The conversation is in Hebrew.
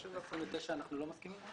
לסעיף 29 אנחנו לא מסכימים,